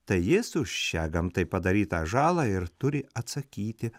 tai jis už šią gamtai padarytą žalą ir turi atsakyti